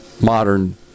modern